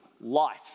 life